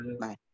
Bye